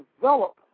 develop